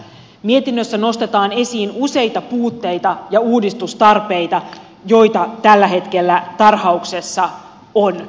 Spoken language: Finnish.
mietinnössä nostetaan esiin useita puutteita ja uudistustarpeita joita tällä hetkellä tarhauksessa on